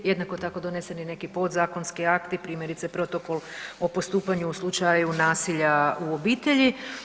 Jednako tako, donesen je neki podzakonski akti, primjerice, Protokol o postupanju u slučaju nasilja u obitelji.